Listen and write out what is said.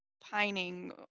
pining